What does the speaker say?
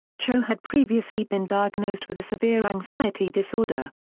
cho had previously been diagnosed with a severe anxiety disorder.